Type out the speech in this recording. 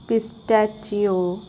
pistachio